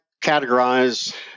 categorize